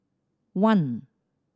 one